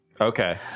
Okay